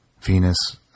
Venus